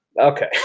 Okay